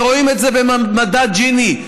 ורואים את זה במדד ג'יני.